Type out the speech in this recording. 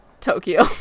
Tokyo